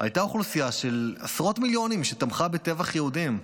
הייתה אוכלוסייה של עשרות מיליונים שתמכה בטבח יהודים.